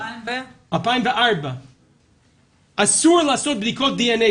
אסור לעשות בדיקות דנ”א,